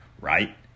right